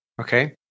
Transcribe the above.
Okay